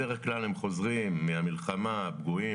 בדרך כלל הם חוזרים מהמלחמה פגועים,